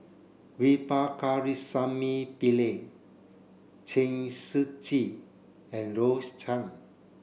V Pakirisamy Pillai Chen Shiji and Rose Chan